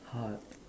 hard